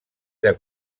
era